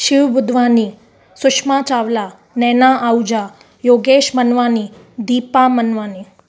Shiv Budhwani Sushma Chawla Naina Ahuja Yogesh Manwani Deepa Manwani